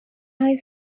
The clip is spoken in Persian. های